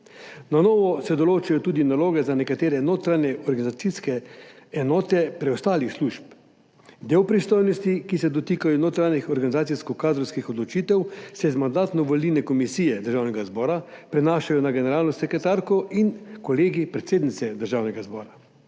Na novo se določajo tudi naloge za nekatere notranje organizacijske enote preostalih služb. Del pristojnosti, ki se dotikajo notranjih organizacijsko kadrovskih odločitev, se z Mandatno-volilne komisije Državnega zbora prenašajo na generalno sekretarko in Kolegij predsednice državnega zbora.